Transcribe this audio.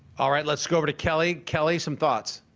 all right. let's go over to kelly. kelly, some thoughts?